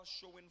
showing